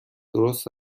درست